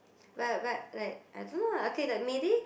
but but like I don't know lah okay like maybe